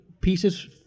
pieces